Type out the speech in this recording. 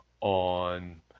on